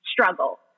struggle